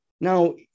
Now